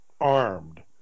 armed